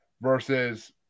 versus